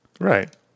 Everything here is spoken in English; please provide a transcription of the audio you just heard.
Right